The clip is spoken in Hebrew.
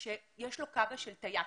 שיש לו קב"א של טייס.